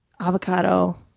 avocado